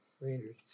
Rangers